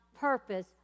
purpose